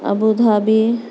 Abu Dhabi